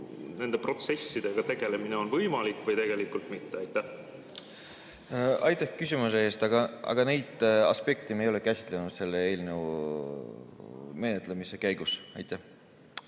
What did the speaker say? nende protsessidega tegelemine on võimalik või tegelikult mitte? Aitäh küsimuse eest! Neid aspekte me ei ole käsitlenud selle eelnõu menetlemise käigus. Aitäh